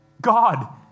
God